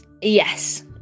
Yes